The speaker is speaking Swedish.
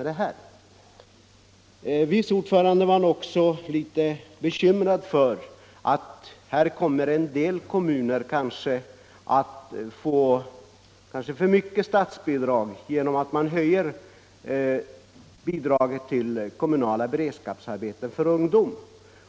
Utskottets vice ordförande var också litet bekymrad för att en del kommuner kanske får för stora statsbidrag genom höjningen av bidragen till kommunala beredskapsarbeten för ungdom